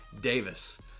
Davis